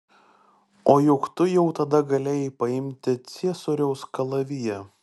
o juk tu jau tada galėjai paimti ciesoriaus kalaviją